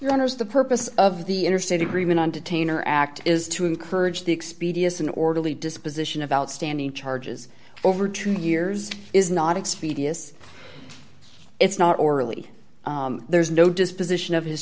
learners the purpose of the interstate agreement on detainer act is to encourage the expedience an orderly disposition of outstanding charges over two years is not expedient it's not orally there's no disposition of his